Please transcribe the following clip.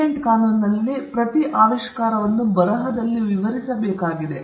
patent ಕಾನೂನಿನಲ್ಲಿ ಪ್ರತಿ ಆವಿಷ್ಕಾರವನ್ನು ಬರಹದಲ್ಲಿ ವಿವರಿಸಬೇಕಾಗಿದೆ